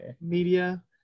media